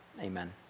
amen